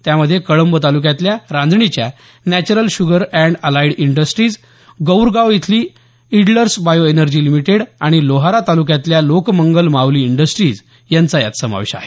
त्यामध्ये कळंब तालुक्यातल्या रांजणीच्या natural sugar and allied industries Gaurgaon इथली इडलर्स बायो एनर्जी लिमिटेड आणि लोहारा तालुक्यातल्या लोकमंगल माऊली इंडस्ट्रीज यांचा समावेश आहे